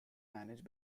managed